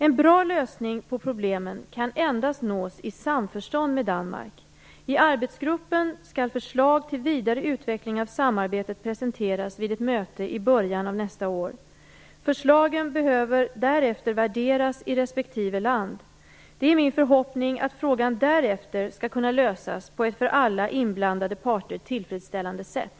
En bra lösning på problemen kan endast nås i samförstånd med Danmark. I arbetsgruppen skall förslag till vidare utveckling av samarbetet presenteras vid ett möte i början av nästa år. Förslagen behöver därefter värderas i respektive land. Det är min förhoppning att frågan därefter skall kunna lösas på ett för alla inblandade parter tillfredsställande sätt.